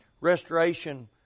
restoration